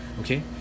okay